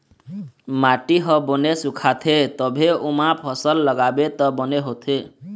माटी ह बने सुखाथे तभे ओमा फसल लगाबे त बने होथे